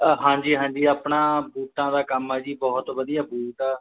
ਹਾਂਜੀ ਹਾਂਜੀ ਆਪਣਾ ਬੂਟਾਂ ਦਾ ਕੰਮ ਆ ਜੀ ਬਹੁਤ ਵਧੀਆ ਬੂਟ ਆ